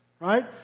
right